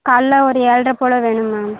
காலைல ஒரு ஏழ்ரை போல் வேணும் மேம்